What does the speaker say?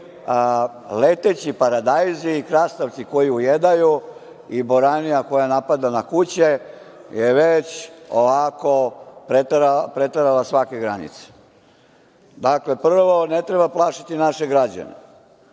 leteći paradajzi i krastavci koji ujedaju i boranija koja napada na kuće je već preterala svake granice. Dakle, prvo ne treba plašiti naše građane.